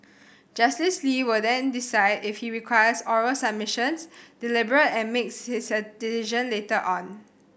Justice Lee will then decide if he requires oral submissions deliberate and makes his decision later on